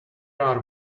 are